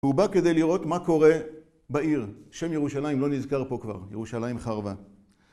הוא בא כדי לראות מה קורה בעיר, שם ירושלים לא נזכר פה כבר, ירושלים חרבה.